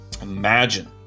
imagine